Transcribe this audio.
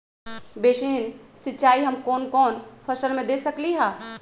Basin सिंचाई हम कौन कौन फसल में दे सकली हां?